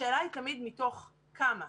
השאלה היא תמיד מתוך כמה.